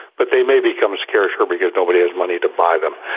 but they may become scarcer because nobody has money to buy them.